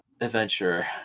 adventure